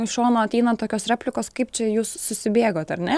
iš šono ateina tokios replikos kaip čia jūs susibėgot ar ne